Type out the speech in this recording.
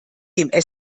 dem